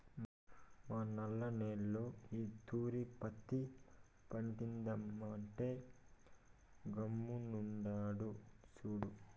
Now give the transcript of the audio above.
మా నల్ల నేల్లో ఈ తూరి పత్తి పంటేద్దామంటే గమ్ముగుండాడు సూడు